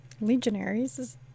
legionaries